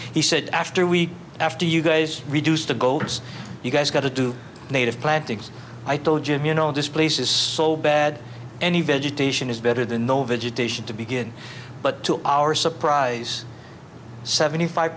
he said after week after you guys reduced the goats you guys got to do native plantings i told him you know this place is so bad any vegetation is better than no vegetation to begin but to our surprise seventy five